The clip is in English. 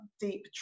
deep